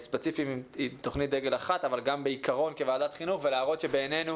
ספציפי עם תכנית דגל אחת אבל גם בעיקרון כוועדת חינוך ולהראות שבעינינו,